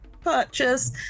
purchase